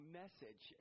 message